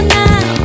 now